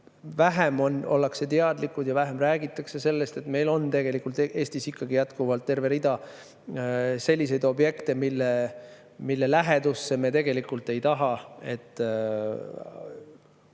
vähem ollakse teadlikud ja vähem räägitakse sellest, et meil on tegelikult Eestis jätkuvalt terve rida selliseid objekte, mille puhul me tegelikult ei taha,